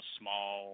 small